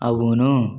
అవును